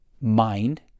mind